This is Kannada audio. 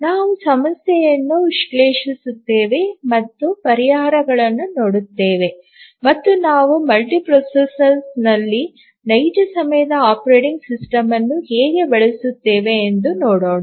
ನಾವು ಸಮಸ್ಯೆಯನ್ನು ವಿಶ್ಲೇಷಿಸುತ್ತೇವೆ ಮತ್ತು ಪರಿಹಾರಗಳನ್ನು ನೋಡುತ್ತೇವೆ ಮತ್ತು ನಾವು ಮಲ್ಟಿಪ್ರೊಸೆಸರ್ನಲ್ಲಿ ನೈಜ ಸಮಯದ ಆಪರೇಟಿಂಗ್ ಸಿಸ್ಟಮ್ ಅನ್ನು ಹೇಗೆ ಬಳಸುತ್ತೇವೆ ಎಂದು ನೋಡೋಣ